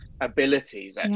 abilities